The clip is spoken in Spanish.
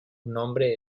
nombre